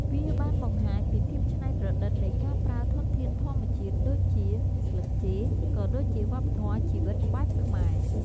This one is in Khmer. វាបានបង្ហាញពីភាពច្នៃប្រឌិតនៃការប្រើធនធានធម្មជាតិដូចជា ស្លឹកចេក ក៏ដូចជាវប្បធម៌ជីវិតបែបខ្មែរ។